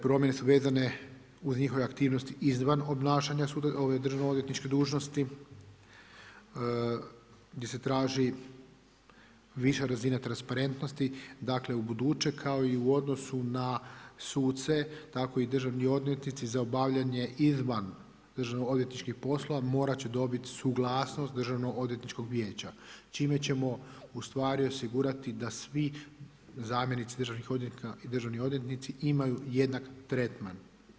Promjene su vezane uz njihove aktivnosti izvan obnašanja državno-odvjetničke dužnosti gdje se traži viša razina transparentnosti dakle u buduće kao i u odnosu na suce tako i državni odvjetnici za obavljanje izvan državno odvjetničkih poslova morat će dobiti suglasnost Državno-odvjetničkog vijeća čime ćemo ustvari osigurati da svi zamjenici državnih odvjetnika i državni odvjetnici imaju jednak tretman.